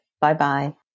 Bye-bye